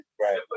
Right